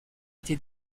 été